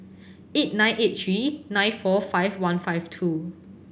eight nine eight three nine four five one five two